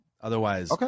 Otherwise